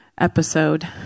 Episode